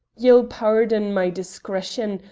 ye'll paurdon my discretion,